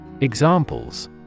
Examples